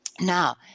Now